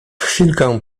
chwilkę